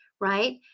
Right